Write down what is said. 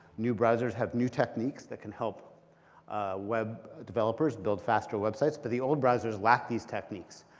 new browsers have new techniques that can help web developers build faster websites. but the old browsers lack these techniques,